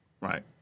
right